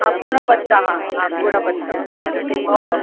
हा पूर्ण पत्ता हां हां पूर्ण पत्ता हो हो